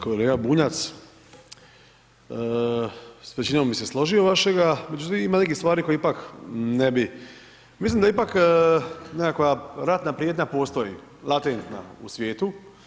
kolega Bunjac, s većinom bi se složio vašega, međutim, ima nekih stvari koje ipak ne bi, mislim da ipak nekakva ratna prijetnja postoji, latentna u svijetu.